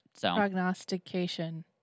Prognostication